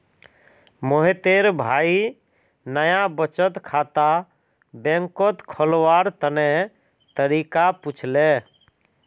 मोहितेर भाई नाया बचत खाता बैंकत खोलवार तने तरीका पुछले